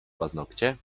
paznokcie